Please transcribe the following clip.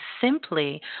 simply